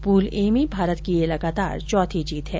pool A में भारत की ये लगातार चौथी जीत हैं